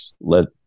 let